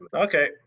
Okay